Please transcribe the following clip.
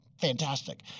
Fantastic